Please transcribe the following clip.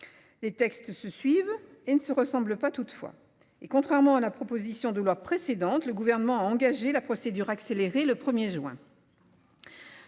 Les textes se suivent et ne se ressemblent pas. Toutefois, et contrairement à la proposition de loi précédente. Le gouvernement a engagé la procédure accélérée, le 1er juin.